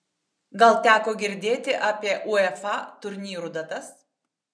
gal teko girdėti apie uefa turnyrų datas